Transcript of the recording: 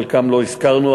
את חלקם לא הזכרנו,